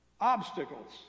obstacles